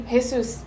Jesus